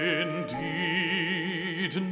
indeed